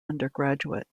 undergraduate